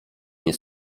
nie